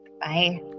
Bye